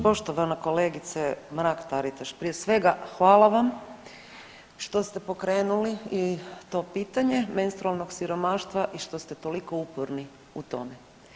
Poštovana kolegice Mrak-Taritaš, prije svega hvala vam što ste pokrenuli i to pitanje menstrualnog siromaštva i što ste toliko uporni u tome.